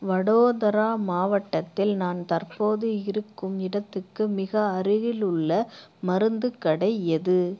வடோதரா மாவட்டத்தில் நான் தற்போது இருக்கும் இடத்துக்கு மிக அருகிலுள்ள மருந்து கடை எது